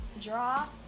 draw